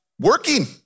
working